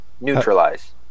neutralize